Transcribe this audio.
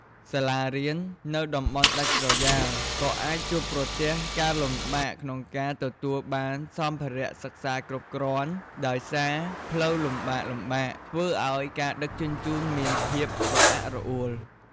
សាលារៀននៅតំបន់ដាច់ស្រយាលក៏អាចជួបប្រទះការលំបាកក្នុងការទទួលបានសម្ភារៈសិក្សាគ្រប់គ្រាន់ ដោយសារផ្លូវលំបាកៗធ្វើឱ្យការដឹកជញ្ជូនមានភាពរអាក់រអួល។